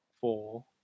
four